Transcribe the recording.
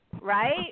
right